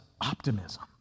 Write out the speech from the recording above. optimism